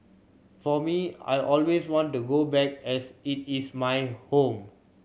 for me I always want to go back as it is my home